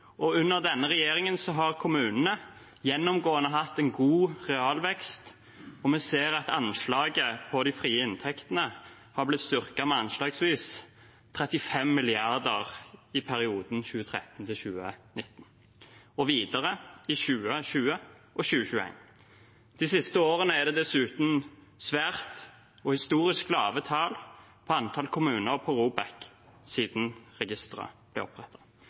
og under denne regjeringen har kommunene gjennomgående hatt en god realvekst. Vi ser at de frie inntektene har blitt styrket med anslagsvis 35 mrd. kr i perioden 2013–2019, og videre i 2020 og 2021. Det siste året er det dessuten svært og historisk lave tall på antall kommuner på ROBEK siden registeret ble